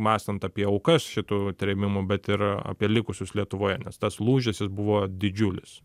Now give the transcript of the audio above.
mąstant apie aukas šitų trėmimų bet ir apie likusius lietuvoje nes tas lūžis jis buvo didžiulis